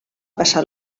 passar